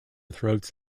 throats